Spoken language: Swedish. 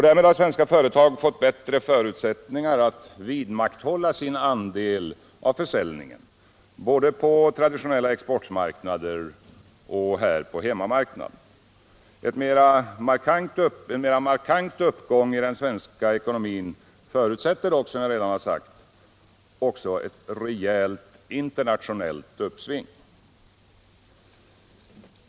Därmed har svenska företag fått bättre förutsättningar att vidmakthålla sin andel av försäljningen både på traditionella exportmarknader och här på hemmamarknaden. En mera markant uppgång i den svenska ekonomin förutsätter dock, som jag redan har sagt, också ett rejält internationellt uppsving.